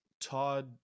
Todd